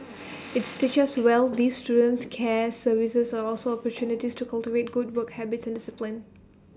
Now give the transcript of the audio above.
IT stitched well these students care services are also opportunities to cultivate good work habits and discipline